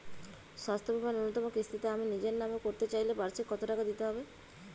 স্বাস্থ্য বীমার ন্যুনতম কিস্তিতে আমি নিজের নামে করতে চাইলে বার্ষিক কত টাকা দিতে হবে?